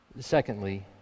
Secondly